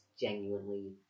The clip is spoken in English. genuinely